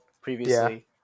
previously